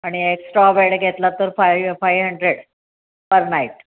आणि extra bed घेतला तर five five hundred per night